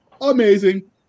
amazing